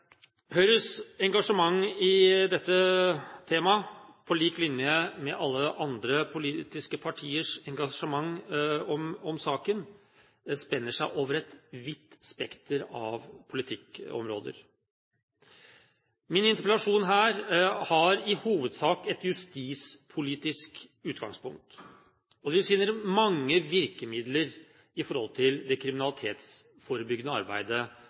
Høyres engasjement i dette temaet, på lik linje med alle andre politiske partiers engasjement i saken, spenner over et vidt spekter av politikkområder. Min interpellasjon her har i hovedsak et justispolitisk utgangspunkt, og vi finner mange virkemidler når det gjelder det kriminalitetsforebyggende arbeidet